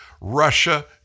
Russia